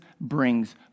brings